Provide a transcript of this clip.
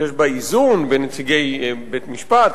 שיש בה איזון ונציגי בית-המשפט,